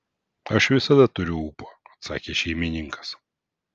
aš visada turiu ūpo atsakė šeimininkas